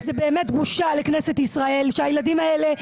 זה באמת בושה לכנסת ישראל שהילדים האלה,